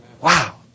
Wow